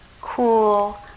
Cool